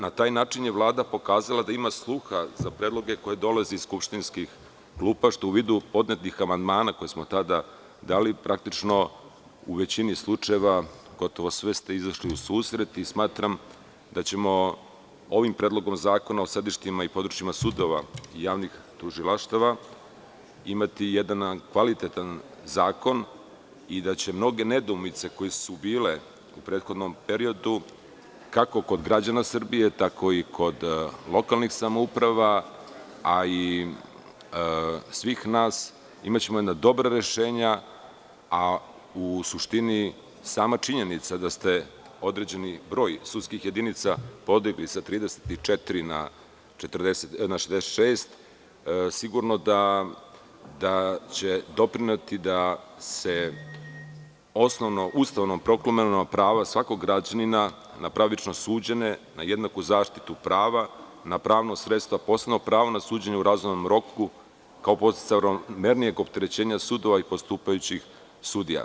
Na taj način je Vlada pokazala da ima sluha za predloge koji dolaze iz skupštinskih klupa, što u vidu podnetih amandmana koje smo tada dali, praktično u većini slučajeva gotovo za sve ste izašli u susret i smatram da ćemo ovim predlogom zakona o sedištima i područjima sudova i javnih tužilaštava imati jedan kvalitetan zakon i da će mnoge nedoumice koje su bile u prethodnom periodu, kako kod građana Srbije, tako i kod lokalnih samouprava, a i svih nas, imaćemo jedna dobra rešenja, a u suštini sama činjenica da ste određeni broj sudskih jedinica podigli sa 34 na 66 sigurno da će doprineti da se osnovno Ustavom proklamovano pravo svakog građanina na pravično suđenje na jednaku zaštitu prava, na pravna sredstva, na pravično suđenje u razumnom roku, kao podsticaj ravnomernijeg opterećenja sudova i postupajućih sudija.